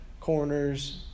corners